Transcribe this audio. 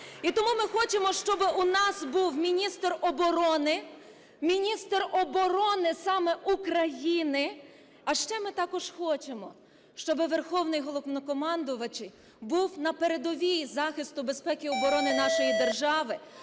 І тому ми хочемо, щоб у нас був міністр оборони, міністр оборони саме України. А ще ми також хочемо, щоб Верховний Головнокомандувач був на передовій захисту безпеки і оборони нашої держави,